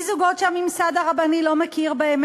מזוגות שהממסד הרבני לא מכיר בהם,